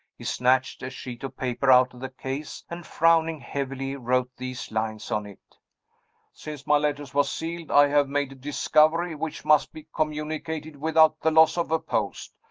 he snatched a sheet of paper out of the case, and frowning heavily, wrote these lines on it since my letter was sealed, i have made a discovery which must be communicated without the loss of a post.